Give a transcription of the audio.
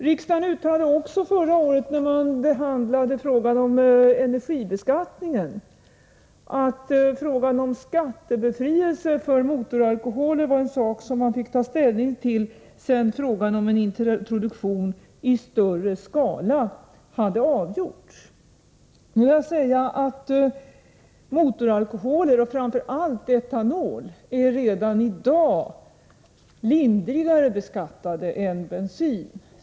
Riksdagen uttalade också förra året, när man behandlade frågan om energibeskattningen, att frågan om skattebefrielse för motoralkoholer var något som man fick ta ställning till sedan frågan om en introduktion i större skala hade avgjorts. Motoralkoholer, och framför allt etanol, är redan i dag lindrigare beskattade än bensin.